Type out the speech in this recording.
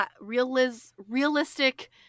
realistic